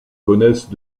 connaissent